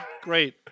great